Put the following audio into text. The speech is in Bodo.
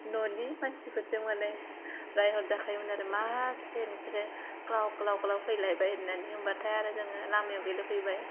न'नि मानसिफोरजों माने रायहरजाखायोमोन आरो मासे नोंसोर ख्लाव ख्लाव ख्लाव फैलायबाय होन्नानै होनब्लाथाय आरो जोङो लामायाव गेलेफैबाय